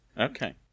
Okay